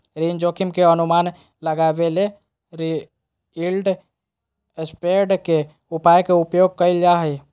ऋण जोखिम के अनुमान लगबेले यिलड स्प्रेड के उपाय के उपयोग कइल जा हइ